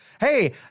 Hey